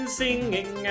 singing